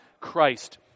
Christ